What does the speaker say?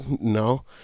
No